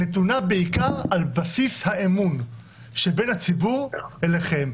נשען בעיקר על בסיס האמון שבין הציבור אליכם.